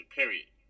period